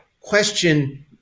question